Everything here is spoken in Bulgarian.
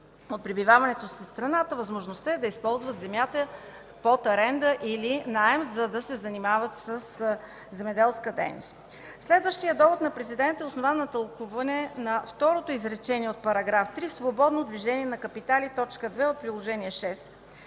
от пребиваването си в страната възможността е да използват земята под аренда или наем, за да се занимават със земеделска дейност. Следващият довод на Президента е основан на тълкуване на второто изречение от § 3 – свободно движение на капитали, т. 2 от Приложение №